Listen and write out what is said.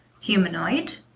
humanoid